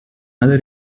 other